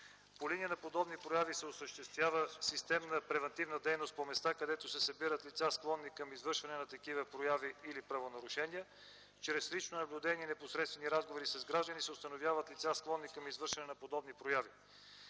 По линия на подобни прояви се осъществява системна превантивна дейност по места, където се събират лица, склонни към извършване на такива прояви или правонарушения. Чрез лично наблюдение или непосредствени разговори с граждани се установяват лицата, склонни към извършване на подобни прояви.